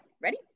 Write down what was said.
ready